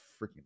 freaking